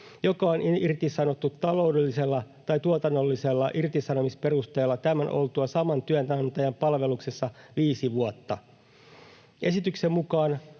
joka on irtisanottu taloudellisella tai tuotannollisella irtisanomisperusteella tämän oltua saman työnantajan palveluksessa viisi vuotta. Esityksen mukaan